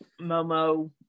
Momo